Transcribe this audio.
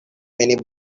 many